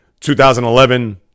2011